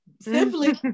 simply